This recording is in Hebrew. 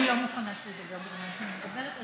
אני לא מוכנה שהוא ידבר בזמן שאני מדברת,